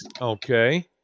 Okay